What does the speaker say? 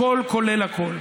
הכול כולל הכול.